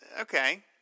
Okay